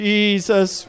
Jesus